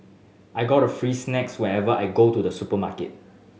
I got free snacks whenever I go to the supermarket